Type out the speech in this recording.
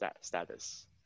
status